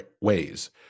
ways